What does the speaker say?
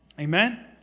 Amen